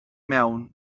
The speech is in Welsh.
mewn